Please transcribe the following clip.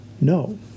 No